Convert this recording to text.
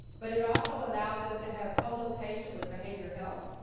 but it also allows us to have co location with behavioral health,